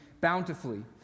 bountifully